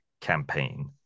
campaign